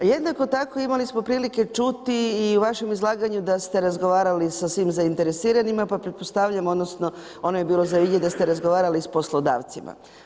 Jednako tako imali smo prilike čuti i u vašem izlaganju da ste razgovarali sa svim zainteresiranima pa pretpostavljam, odnosno, ono je bilo … da ste razgovarali s poslodavcima.